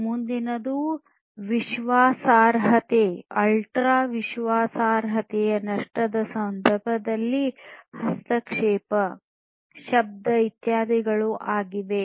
ಮುಂದಿನದು ವಿಶ್ವಾಸಾರ್ಹತೆ ಅಲ್ಟ್ರಾ ವಿಶ್ವಾಸಾರ್ಹತೆಯು ನಷ್ಟದ ಸಂದರ್ಭದಲ್ಲಿ ಹಸ್ತಕ್ಷೇಪ ಶಬ್ದ ಇತ್ಯಾದಿಗಳು ಆಗಿವೆ